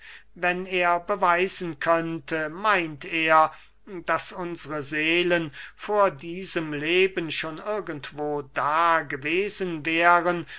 wenn er beweisen könnte meint er daß unsre seelen vor diesem leben schon irgendwo da gewesen wären